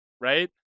right